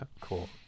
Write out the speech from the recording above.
Cool